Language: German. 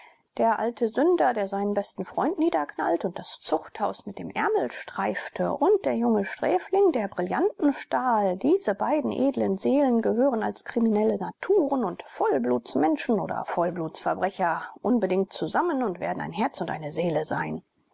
der alte sünder der seinen besten freund niederknallte und das zuchthaus mit dem ärmel streifte und der junge sträfling der brillanten stahl diese beiden edlen seelen gehören als kriminelle naturen und vollblutsmenschen oder vollblutsverbrecher unbedingt zusammen und werden ein herz und eine seele sein